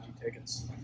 tickets